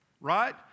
right